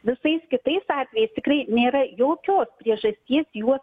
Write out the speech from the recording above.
visais kitais atvejais tikrai nėra jokios priežasties juos